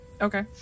Okay